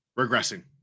progressing